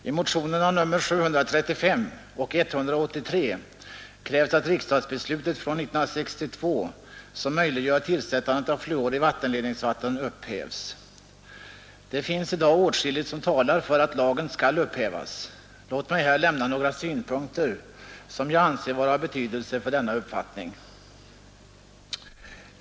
Herr talman! I motionerna 735 och 183 krävs att riksdagsbeslutet från 1962, som möjliggör tillsättandet av fluor i vattenledningsvattnet, upphävs. Det finns i dag åtskilligt som talar för att lagen skall upphävas. Låt mig här lämna några synpunkter som jag anser vara av betydelse för denna uppfattning.